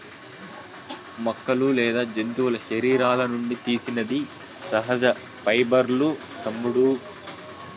మొక్కలు లేదా జంతువుల శరీరాల నుండి తీసినది సహజ పైబర్లూ తమ్ముడూ